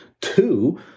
two